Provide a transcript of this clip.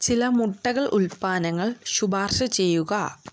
ചില മുട്ടകൾ ഉൽപ്പന്നങ്ങൾ ശുപാർശ ചെയ്യുക